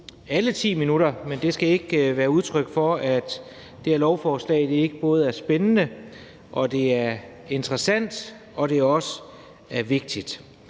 alle 10 minutter, men det skal ikke være udtryk for, at det her lovforslag ikke er spændende, interessant og vigtigt.